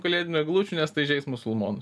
kalėdinių eglučių nes tai žeis musulmonus